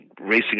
racing